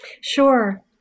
Sure